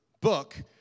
book